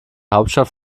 hauptstadt